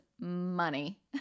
money